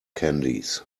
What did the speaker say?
candies